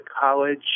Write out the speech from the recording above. college